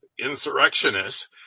insurrectionists